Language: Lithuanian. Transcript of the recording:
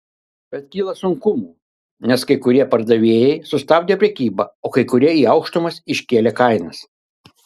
bet kyla sunkumų nes kai kurie pardavėjai sustabdė prekybą o kai kurie į aukštumas iškėlė kainas